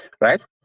right